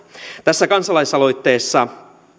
tässä kansalaisaloitteessa